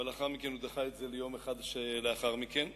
אבל לאחר מכן הוא דחה את זה ליום אחד לאחר מכן.